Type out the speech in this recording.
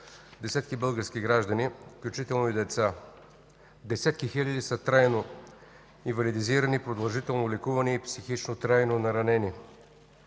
десетки български граждани, включително и деца. Десетки хиляди са трайно инвалидизирани, продължително лекувани и психично трайно наранени.